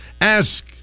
Ask